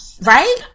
Right